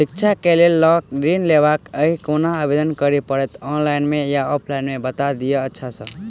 शिक्षा केँ लेल लऽ ऋण लेबाक अई केना आवेदन करै पड़तै ऑनलाइन मे या ऑफलाइन मे बता दिय अच्छा सऽ?